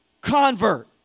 convert